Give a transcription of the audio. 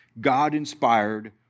God-inspired